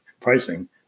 pricing